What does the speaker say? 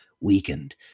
weakened